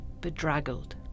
bedraggled